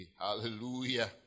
Hallelujah